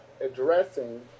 addressing